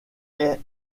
est